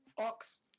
ox